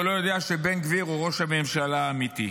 והוא לא יודע שבן גביר הוא ראש הממשלה האמיתי.